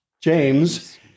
James